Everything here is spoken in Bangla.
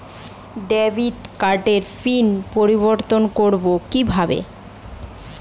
ডেবিট কার্ডের পিন পরিবর্তন করবো কীভাবে?